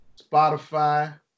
Spotify